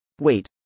Wait